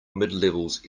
midlevels